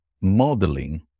modeling